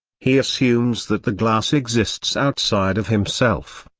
he assumes that the glass exists outside of himself,